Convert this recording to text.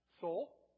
soul